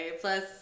plus